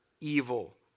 evil